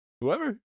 Whoever